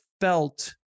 felt